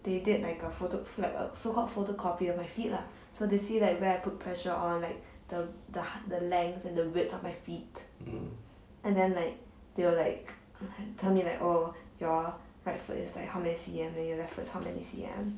they did like a photo~ flag uh so called photocopy of my feet lah so to see like where I put pressure on like the the the length and the width of my feet and then like they were like tell me like oh your right foot is like how many C_M and then your left foot is how many C_M